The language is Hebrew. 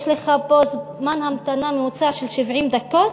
יש לך פה זמן המתנה ממוצע של 70 דקות,